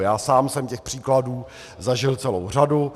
Já sám jsem těch příkladů zažil celou řadu.